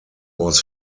was